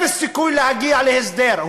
אפס סיכוי להגיע להסדר,